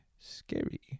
scary